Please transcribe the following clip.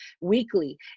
weekly